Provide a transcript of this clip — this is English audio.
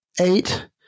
eight